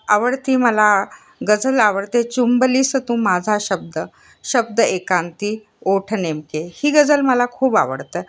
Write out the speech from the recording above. आवडती मला गझल आवडते चुंबलीसं तू माझा शब्द शब्द एकांती ओठ नेमके ही गझल मला खूप आवडतं